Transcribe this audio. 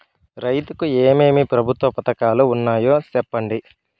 రైతుకు ఏమేమి ప్రభుత్వ పథకాలు ఉన్నాయో సెప్పండి?